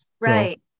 Right